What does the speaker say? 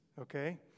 Okay